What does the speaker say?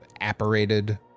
apparated